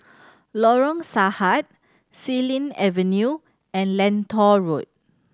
Lorong Sahad Xilin Avenue and Lentor Road